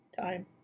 time